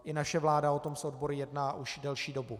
I naše vláda o tom s odbory jedná už delší dobu.